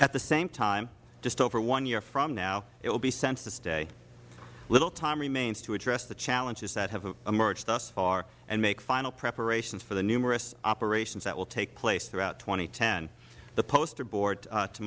at the same time just over one year from now it will be census day little time remains to address the challenges that have emerged thus far and make final preparations for the numerous operations that will take place throughout two thousand and ten the poster board